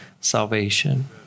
salvation